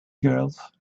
girls